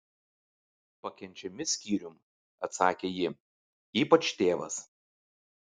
pakenčiami skyrium atsakė ji ypač tėvas